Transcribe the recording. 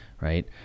right